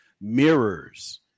mirrors